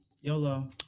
yolo